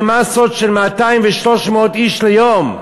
במאסות של 200 ו-300 איש ליום.